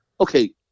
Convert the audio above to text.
Okay